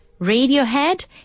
Radiohead